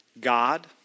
God